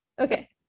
okay